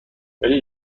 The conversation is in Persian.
ولی